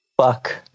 Fuck